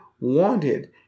wanted